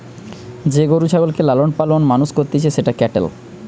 যে গরু ছাগলকে লালন পালন মানুষ করতিছে সেটা ক্যাটেল